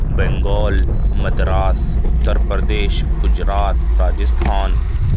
Bengal Madras Uttar Pradesh Gujarat Rajasthan